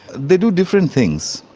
they do different things.